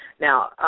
Now